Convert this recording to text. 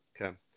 Okay